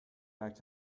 back